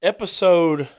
Episode